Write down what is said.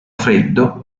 freddo